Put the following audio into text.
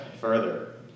further